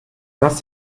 lass